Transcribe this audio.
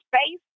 space